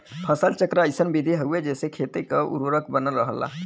फसल चक्र अइसन विधि हउवे जेसे खेती क उर्वरक बनल रहला